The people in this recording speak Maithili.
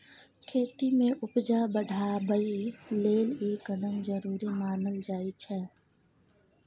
खेती में उपजा बढ़ाबइ लेल ई कदम जरूरी मानल जाइ छै